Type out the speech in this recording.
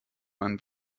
man